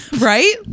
right